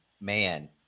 Man